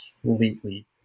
completely